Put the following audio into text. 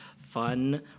fun